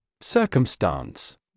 Circumstance